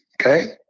okay